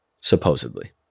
supposedly